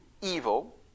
evil